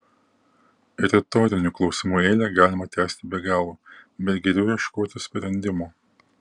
retorinių klausimų eilę galima tęsti be galo bet geriau ieškoti sprendimo